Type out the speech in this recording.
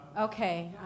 okay